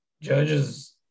Judges